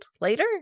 later